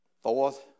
Fourth